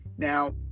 Now